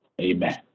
amen